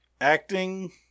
acting